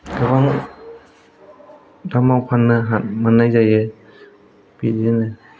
गोबां दामाव फाननो मोननाय जायो बिदिनो